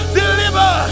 deliver